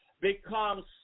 becomes